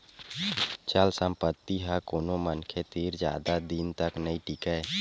चल संपत्ति ह कोनो मनखे तीर जादा दिन तक नइ टीकय